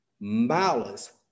malice